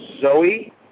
Zoe